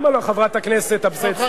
למה לא, חברת הכנסת אבסדזה?